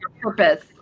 purpose